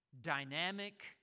dynamic